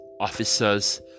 officers